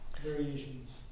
variations